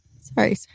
Sorry